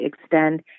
extend